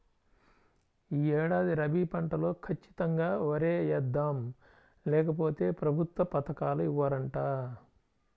యీ ఏడాది రబీ పంటలో ఖచ్చితంగా వరే యేద్దాం, లేకపోతె ప్రభుత్వ పథకాలు ఇవ్వరంట